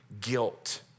guilt